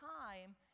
time